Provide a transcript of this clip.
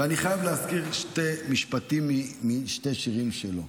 ואני חייב להזכיר שני משפטים משני שירים שלו,